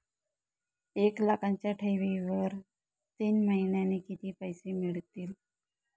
एक लाखाच्या ठेवीवर तीन महिन्यांनी किती पैसे मिळतील?